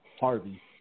Harvey